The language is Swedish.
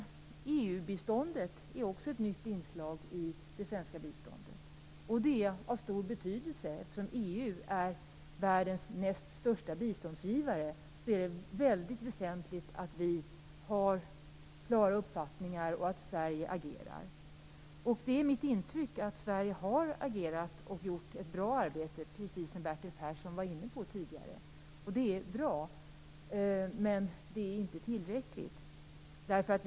EU-biståndet är också ett nytt inslag i det svenska biståndet. Det är av stor betydelse. Eftersom EU är världens näst största biståndsgivare är det väsentligt att vi har klara uppfattningar och att Sverige agerar. Mitt intryck är att Sverige har agerat och gjort ett bra arbete, precis som Bertil Persson var inne på tidigare. Det är bra, men det är inte tillräckligt.